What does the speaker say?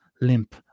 limp